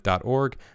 .org